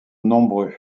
nombreux